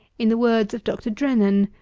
in the words of dr. drennan,